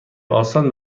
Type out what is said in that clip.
آسان